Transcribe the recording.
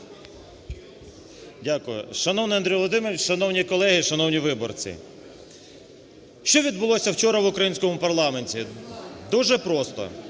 Дякую. Шановний Андрію Володимировичу, шановні колеги, шановні виборці! Що відбулося вчора в українському парламенті? Дуже просто: